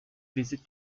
visit